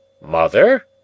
Mother